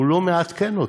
הוא לא מעדכן אותה.